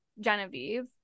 genevieve